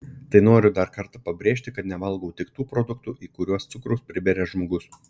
tai noriu dar kartą pabrėžti kad nevalgau tik tų produktų į kuriuos cukraus priberia žmogus